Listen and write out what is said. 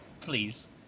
please